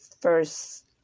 first